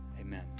amen